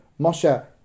Moshe